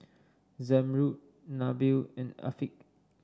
Zamrud Nabil and Afiq